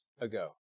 ago